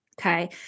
Okay